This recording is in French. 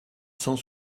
cent